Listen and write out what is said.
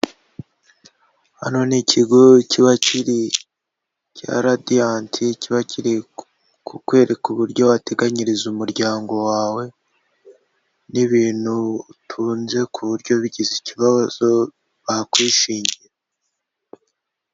Hano ni ikigo cya radiyanti kiba kiri kukwereka uburyo wateganyiriza umuryango wawe, n'ibintu utunze ku buryo bigize ikibazo bakwishingira.